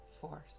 force